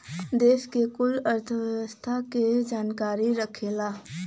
देस के कुल अर्थव्यवस्था के जानकारी रखेला